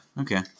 okay